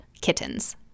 kittens